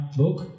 book